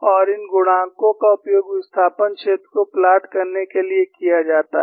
और इन गुणांकों का उपयोग विस्थापन क्षेत्र को प्लॉट करने के लिए किया जाता है